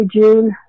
June